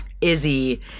Izzy